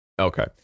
Okay